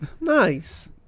Nice